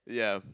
yeah